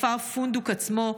בכפר פונדוק עצמו,